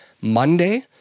Monday